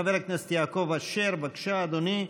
חבר הכנסת יעקב אשר, בבקשה, אדוני.